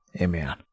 amen